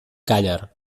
càller